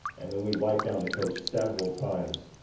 and then we wipe down the coach several times.